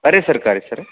ಅರೆ ಸರ್ಕಾರಿ ಸರ್